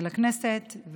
בכנסת,